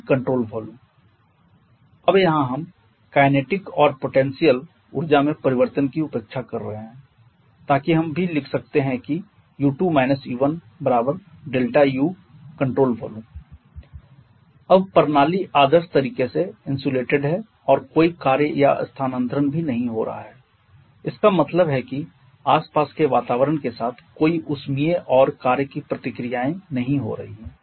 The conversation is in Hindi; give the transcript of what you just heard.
E2 E1Econtrol volume अब यहाँ हम काइनेटिक और पोटेंशियल ऊर्जा में परिवर्तन की उपेक्षा कर रहे हैं ताकि हम भी लिख सकते हैं की U2 U1Ucontrol volume अब प्रणाली आदर्श तरीके से इन्स्युलेटेड है और कोई कार्य का स्थानान्तरण भी नहीं हो रहा है इसका मतलब है कि आसपास के वातावरण के साथ कोई ऊष्मीय और कार्य की प्रतिक्रियाए नहीं हो रही है